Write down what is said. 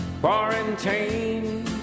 Quarantine